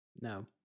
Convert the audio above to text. No